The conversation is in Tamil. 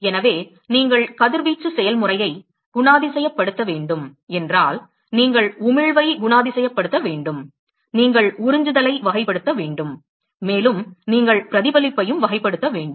எனவே நீங்கள் கதிர்வீச்சு செயல்முறையை குணாதிசயப்படுத்த வேண்டும் என்றால் நீங்கள் உமிழ்வை குணாதிசயப்படுத்த வேண்டும் நீங்கள் உறிஞ்சுதலை வகைப்படுத்த வேண்டும் மேலும் நீங்கள் பிரதிபலிப்பையும் வகைப்படுத்த வேண்டும்